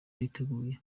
biteguye